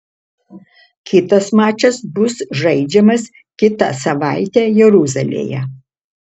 kitas mačas bus žaidžiamas kitą savaitę jeruzalėje